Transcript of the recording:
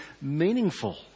meaningful